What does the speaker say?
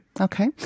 Okay